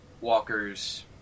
walkers